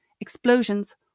explosions